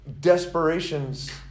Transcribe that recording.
desperations